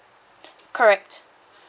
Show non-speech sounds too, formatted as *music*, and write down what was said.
*breath* correct